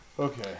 Okay